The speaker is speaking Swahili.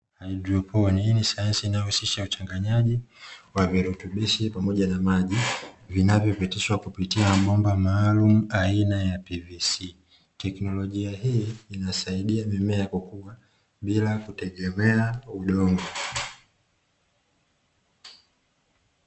Haidroponi, hii ni sayansi inayohusisha uchanganyaji wa virutubishi pamoja na maji, vinavyopitishwa kupitia mabomba maalumu aina ya “PVC” teknolojia hii inasaidia mimea kukua bila kutegemea udongo.